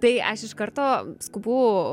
tai aš iš karto skubu